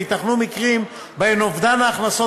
וייתכנו מקרים שבהם אובדן ההכנסות